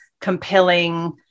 compelling